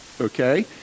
okay